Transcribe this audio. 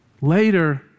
Later